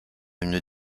une